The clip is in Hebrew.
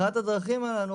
אחת הדרכים הללו,